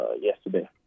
yesterday